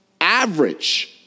Average